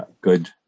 good